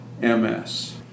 MS